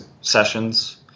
sessions